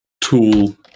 tool